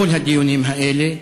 בכל הדיונים האלה.